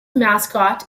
mascot